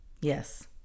Yes